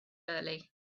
early